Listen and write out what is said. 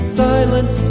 silent